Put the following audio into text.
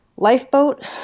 Lifeboat